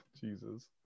Jesus